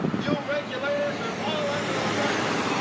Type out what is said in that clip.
you regulators are all under arrest!